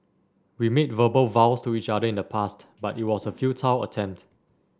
we made verbal vows to each other in the past but it was a futile attempt